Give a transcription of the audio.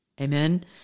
Amen